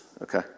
okay